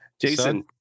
Jason